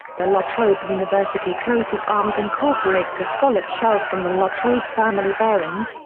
the la trobe university coat of arms incorporates the scallop shells from the la trobe family bearings,